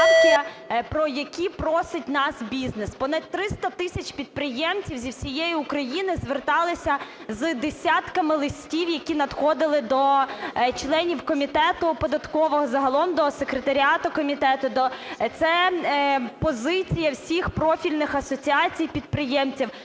про які просить нас бізнес. Понад 300 тисяч підприємців зі всієї України зверталися з десятками листів, які надходили до членів комітету податкового, загалом до секретаріату комітету, це позиція всіх профільних асоціацій підприємців.